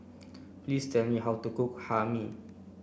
please tell me how to cook Hae Mee